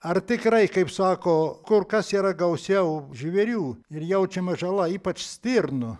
ar tikrai kaip sako kur kas yra gausiau žvėrių ir jaučiama žala ypač stirnų